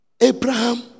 Abraham